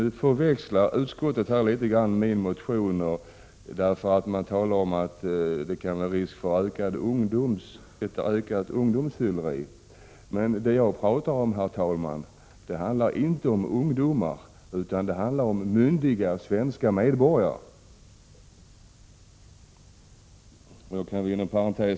Utskottet gör sig när det gäller min motion i viss mån skyldigt till en missuppfattning när det antyder att det med motionens förslag kan vara risk för en ökning av ungdomsfylleriet. Jag vill understryka, herr talman, att det här handlar om myndiga svenska medborgare, inte om ungdomar.